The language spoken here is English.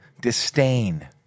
disdain